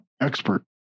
expert